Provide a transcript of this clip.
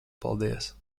paldies